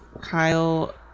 kyle